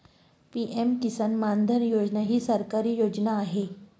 PM Kisan Maandhan Yojana ही सरकारी योजना आहे